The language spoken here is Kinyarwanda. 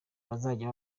bazajya